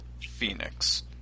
Phoenix